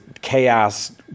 chaos